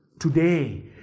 Today